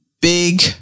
big